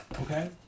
Okay